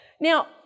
Now